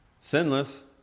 Sinless